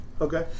Okay